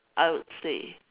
I would say